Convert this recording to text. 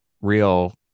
real